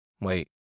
Wait